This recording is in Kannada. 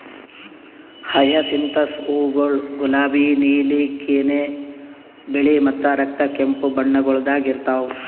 ಹಯಸಿಂಥಸ್ ಹೂವುಗೊಳ್ ಗುಲಾಬಿ, ನೀಲಿ, ಕೆನೆ, ಬಿಳಿ ಮತ್ತ ರಕ್ತ ಕೆಂಪು ಬಣ್ಣಗೊಳ್ದಾಗ್ ಇರ್ತಾವ್